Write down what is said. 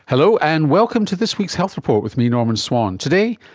hello, and welcome to this week's health report with me, norman swan. today,